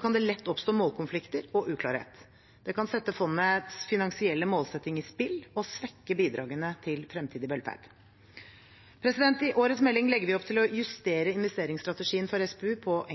kan det lett oppstå målkonflikter og uklarhet. Det kan sette fondets finansielle målsetting på spill og svekke bidragene til fremtidig velferd. I årets melding legger vi opp til å justere investeringsstrategien for